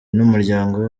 n’umuryango